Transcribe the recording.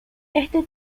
este